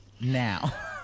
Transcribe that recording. now